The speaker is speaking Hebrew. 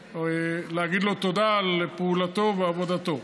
ואומר לו תודה על פעולתו ועל עבודתו.